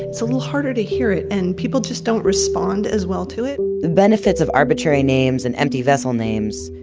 it's a little harder to hear it, and people just don't respond as well to it. the benefits of arbitrary names and empty vessel names,